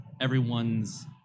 everyone's